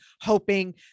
hoping